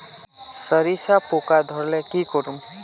सरिसा पूका धोर ले की करूम?